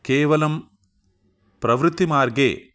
केवलं प्रवृत्तिमार्गे